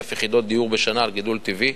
יחידות דיור בשנה בגלל גידול טבעי.